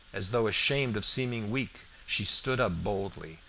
as though ashamed of seeming weak, she stood up boldly,